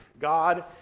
God